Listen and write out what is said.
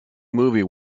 movie